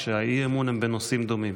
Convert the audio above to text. כשהאי-אמון הוא בנושאים דומים.